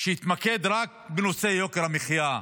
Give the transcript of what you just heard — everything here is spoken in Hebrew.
שהתמקד רק בנושא יוקר המחיה.